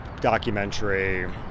documentary